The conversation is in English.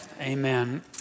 Amen